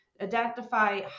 identify